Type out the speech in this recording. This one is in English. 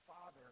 Father